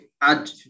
add